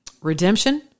redemption